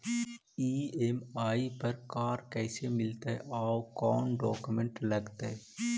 EMI पर car कैसे मिलतै औ कोन डाउकमेंट लगतै?